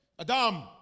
Adam